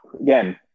again